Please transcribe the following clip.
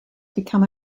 become